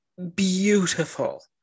beautiful